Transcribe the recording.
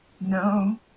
no